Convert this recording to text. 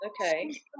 Okay